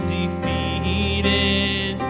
defeated